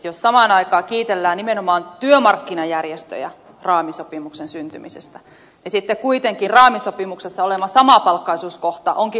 jos samaan aikaan kiitellään nimenomaan työmarkkinajärjestöjä raamisopimuksen syntymisestä niin sitten kuitenkin raamisopimuksessa oleva samapalkkaisuuskohta onkin hallituksen syytä